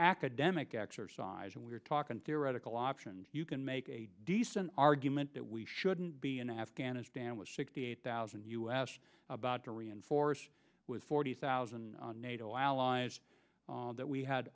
academic exercise and we're talking theoretical options you can make a decent argument that we shouldn't be in afghanistan with sixty eight thousand us about to reinforce was forty thousand nato allies that we had